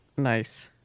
Nice